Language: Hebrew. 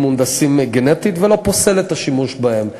מהונדסים גנטית ולא פוסל את השימוש בהם.